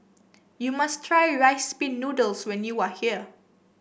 you must try Rice Pin Noodles when you are here